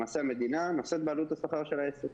למעשה, המדינה נושאת בעלות השכר של העסק.